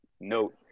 note